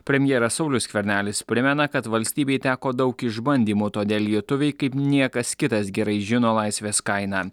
premjeras saulius skvernelis primena kad valstybei teko daug išbandymų todėl lietuviai kaip niekas kitas gerai žino laisvės kainą